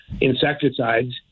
insecticides